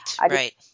right